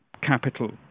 capital